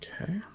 Okay